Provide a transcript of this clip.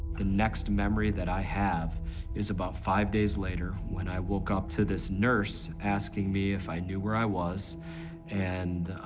the next memory that i have is about five days later, when i woke up to this nurse asking me if i knew where i and,